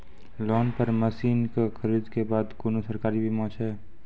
Loan पर मसीनऽक खरीद के बाद कुनू सरकारी बीमा छै?